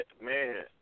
Man